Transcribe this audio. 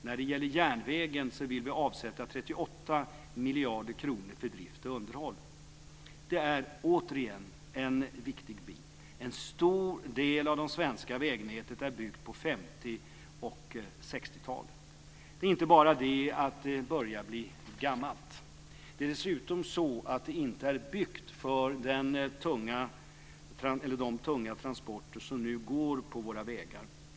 När det gäller järnvägen vill vi avsätta 38 miljarder kronor för drift och underhåll. Det är återigen en viktig bit. En stor del av det svenska vägnätet är byggt på 50 och 60-talet. Det är inte bara det att det börjar bli gammalt. Det är dessutom så att det inte är byggt för de tunga transporter som nu går på våra vägar.